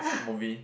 movie